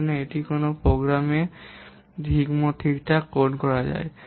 যেখানে কোনও প্রোগ্রামে ঠিকঠাক কোড করা যায়